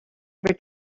ever